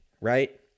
right